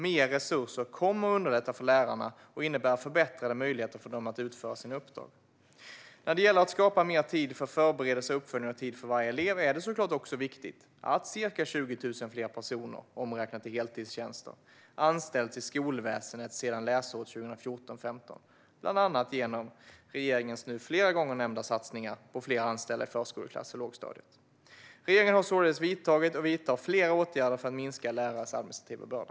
Mer resurser kommer att underlätta för lärarna och innebära förbättrade möjligheter för dem att utföra sina uppdrag. När det gäller att skapa mer tid för förberedelser och uppföljning och tid för varje elev är det såklart också viktigt att ca 20 000 fler personer, omräknat i heltidstjänster, anställts i skolväsendet sedan läsåret 2014/15, bland annat genom regeringens nu flera gånger nämnda satsningar på fler anställda i förskoleklass och i lågstadiet. Regeringen har således vidtagit och vidtar flera åtgärder för att minska lärarnas administrativa börda.